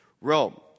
Rome